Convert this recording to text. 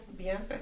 Beyonce